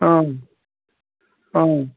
অঁ অঁ